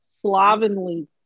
slovenly